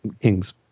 King's